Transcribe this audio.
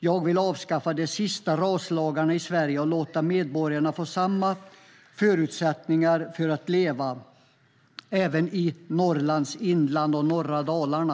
Jag vill avskaffa de sista raslagarna i Sverige och låta medborgarna få samma förutsättningar för att leva, även i Norrlands inland och i norra Dalarna.